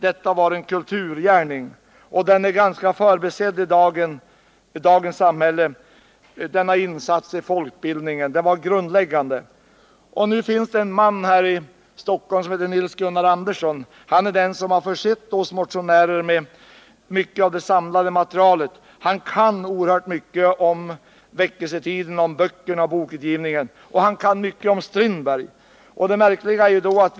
Det var en kulturgärning som EFS gjorde. Tyvärr är denna grundläggande insats i folkbildningen ganska förbisedd i dagens samhälle. Det finns i Stockholm en man som heter Nils-Gunnar Andersson. Han är den som har försett oss motionärer med mycket av det samlade material som vi har använt i vår motion. Han kan oerhört mycket om väckelsetiden och om bokutgivningen under denna tid. Han kan också mycket om August Strindberg.